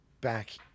back